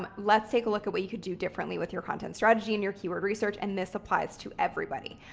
um let's take a look at what you could do differently with your content strategy and your keyword research, and this applies to everybody.